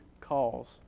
calls